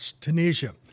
Tunisia